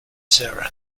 sarah